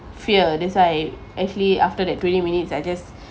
fear that's why actually after that twenty minutes I just